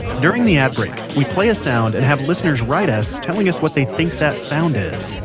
during the ad break, we play a sound and have listeners write us, telling us what they think that sound is.